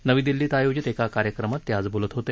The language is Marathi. नवी दिल्लीत आयोजित एका कार्यक्रमात ते आज बोलत होते